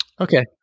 Okay